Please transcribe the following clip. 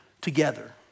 together